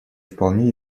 вполне